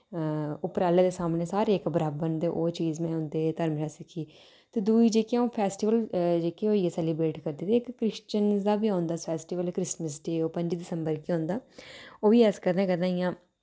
उप्पर आह्ले दे सामने सारे इक बराबर न ते ओह् चीज में उं'दे शा सिक्खी जेह्की अ'ऊं फैस्टिवल जेह्के होई गे सैलिब्रेट करदे ते इक क्रिस्चन दा बी औंदा फैस्टिवल क्रिसमस ते ओह् पंजी दिसंबर गी होंदा ओह् बी अस कदें कदें इ'यां